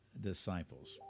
disciples